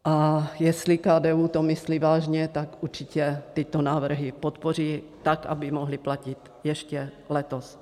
A jestli KDU to myslí vážně, tak určitě tyto návrhy podpoří tak, aby mohly platit ještě letos.